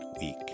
week